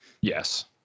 yes